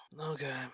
okay